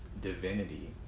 divinity